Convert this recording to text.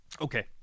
Okay